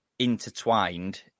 intertwined